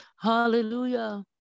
Hallelujah